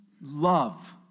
love